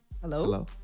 Hello